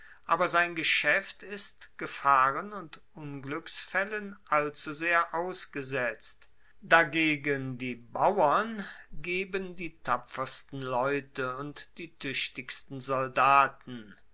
aber sein geschaeft ist gefahren und ungluecksfaellen allzusehr ausgesetzt dagegen die bauern geben die tapfersten leute und die tuechtigsten soldaten